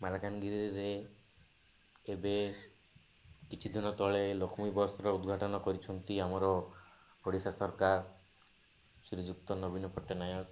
ମାଲକାନଗିରିରେ ଏବେ କିଛିଦିନ ତଳେ ଲକ୍ଷ୍ମୀ ବସ୍ ଉଦ୍ଘାଟନ କରିଛନ୍ତି ଆମର ଓଡ଼ିଶା ସରକାର ଶ୍ରୀଯୁକ୍ତ ନବୀନ ପଟ୍ଟନାୟକ